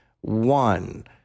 One